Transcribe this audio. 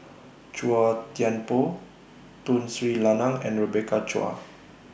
Chua Thian Poh Tun Sri Lanang and Rebecca Chua